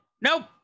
nope